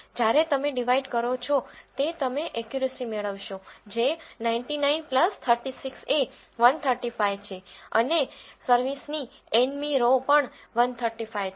જ્યારે તમે ડીવાયડ કરો છો તે તમે એકયુરસી મેળવશો જે 99 36 એ 135 છે અને સર્વિસની n મી રો પણ 135 છે